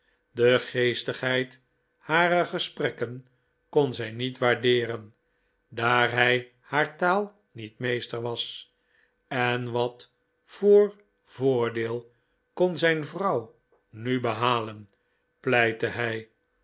de geestigheid harer gesprekken kon hij niet waardeeren daar hij haar taal niet meester was en wat voor voordeel kon zijn vrouw nu behalen pleitte hij